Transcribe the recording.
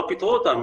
לא פיטרו אותם,